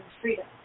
freedom